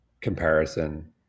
comparison